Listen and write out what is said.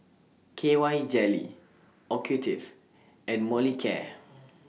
K Y Jelly Ocutive and Molicare